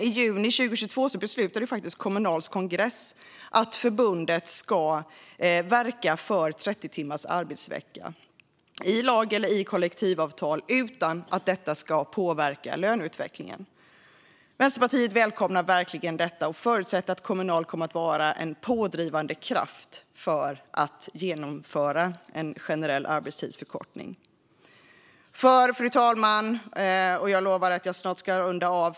I juni 2022 beslutade nämligen Kommunals kongress att förbundet ska verka för 30 timmars arbetsvecka, i lag eller kollektivavtal, utan att detta ska påverka löneutvecklingen. Vänsterpartiet välkomnar detta och förutsätter att Kommunal kommer att vara en pådrivande kraft för en generell arbetstidsförkortning. Fru talman! Jag lovar att jag snart ska runda av.